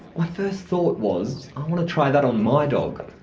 my first thought was, i want to try that on my dog.